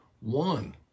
One